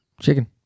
Chicken